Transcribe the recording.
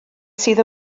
sydd